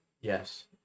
Yes